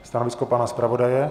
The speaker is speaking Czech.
Stanovisko pana zpravodaje?